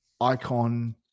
Icon